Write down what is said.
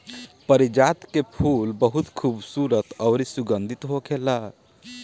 पारिजात के फूल बहुत खुबसूरत अउरी सुगंधित होखेला